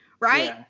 Right